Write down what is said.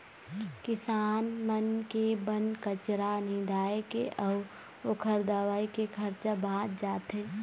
किसान मन के बन कचरा निंदाए के अउ ओखर दवई के खरचा बाच जाथे